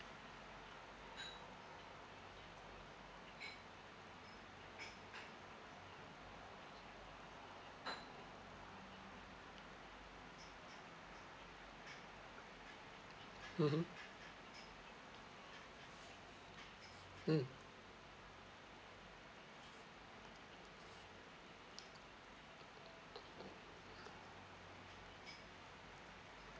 mmhmm mm